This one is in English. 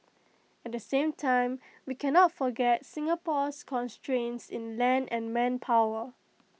at the same time we cannot forget Singapore's constraints in land and manpower